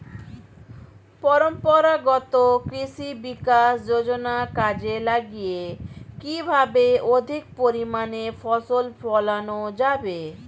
পরম্পরাগত কৃষি বিকাশ যোজনা কাজে লাগিয়ে কিভাবে অধিক পরিমাণে ফসল ফলানো যাবে?